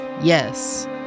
yes